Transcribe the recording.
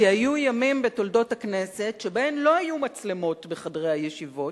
כי היו ימים בתולדות הכנסת שבהם לא היו מצלמות בחדרי הישיבות,